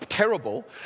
terrible